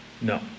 No